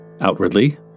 Outwardly